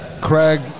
Craig